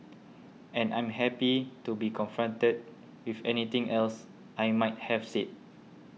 and I'm happy to be confronted with anything else I might have said